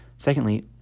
Secondly